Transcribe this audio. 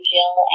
Jill